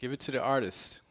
give it to the artist